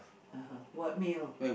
(uh huh) what meal